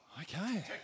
Okay